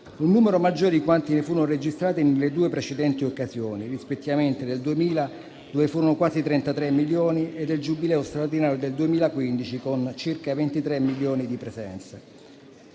un numero maggiore di quanti ne furono registrati nelle due precedenti occasioni, rispettivamente nel 2000, quando furono quasi 33 milioni, e del Giubileo straordinario del 2015, con circa 23 milioni di presenze.